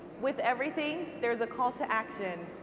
with everything, there's a call to action.